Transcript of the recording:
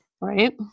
Right